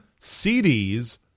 CDs